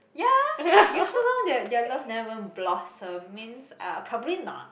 ya if so long their their love never even blossom means uh probably not